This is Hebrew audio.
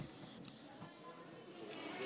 תודה,